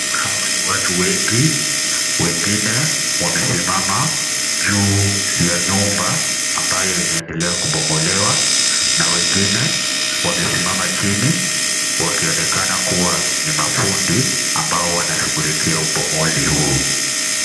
Hawa ni watu wengi, wengine wamesimama juu ya nyumba ambayo inaendelea kubomolewa. Na wengine wamesimama chini wakionekana kuwa ni mafundi ambao wanashughulikia ubomozi huu.